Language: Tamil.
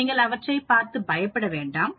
நீங்கள் அவற்றைப் பார்த்து பயப்பட வேண்டாம்